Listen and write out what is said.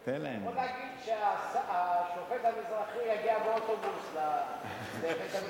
זה כמו להגיד שהשופט המזרחי יגיע באוטובוס לבית-המשפט,